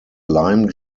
lime